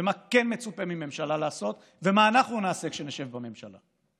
מה כן מצופה מממשלה לעשות ומה אנחנו נעשה כשנשב בממשלה: